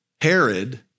Herod